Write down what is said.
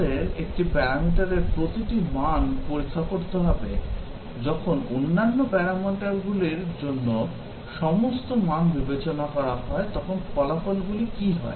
আমাদের একটি প্যারামিটারের প্রতিটি মান পরীক্ষা করতে হবে যখন অন্যান্য প্যারামিটারগুলির জন্য সমস্ত মান বিবেচনা করা হয় তখন ফলাফলগুলি কী হয়